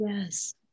Yes